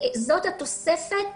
זאת התוספת